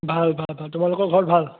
ভাল ভাল ভাল তোমালোকৰ ঘৰত ভাল